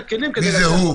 מי זה הוא?